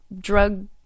drug